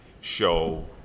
show